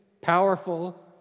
powerful